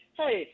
hey